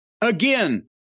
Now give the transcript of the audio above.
again